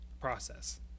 process